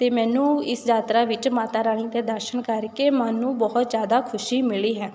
ਅਤੇ ਮੈਨੂੰ ਇਸ ਯਾਤਰਾ ਵਿੱਚ ਮਾਤਾ ਰਾਣੀ ਦੇ ਦਰਸ਼ਨ ਕਰਕੇ ਮਨ ਨੂੰ ਬਹੁਤ ਜ਼ਿਆਦਾ ਖੁਸ਼ੀ ਮਿਲੀ ਹੈ